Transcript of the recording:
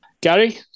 Gary